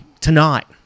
tonight